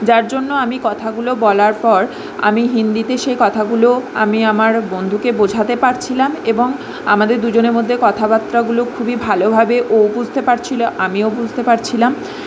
যার জন্য আমি কথাগুলো বলার পর আমি হিন্দিতে সেই কথাগুলো আমি আমার বন্ধুকে বোঝাতে পারছিলাম এবং আমাদের দুজনের মধ্যে কথাবাত্রাগুলো খুবই ভালোভাবে ও বুঝতে পারছি্লো আমিও বুঝতে পারছিলাম